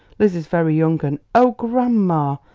lizzie's very young, and oh, grandma!